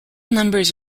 numbers